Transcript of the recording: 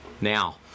Now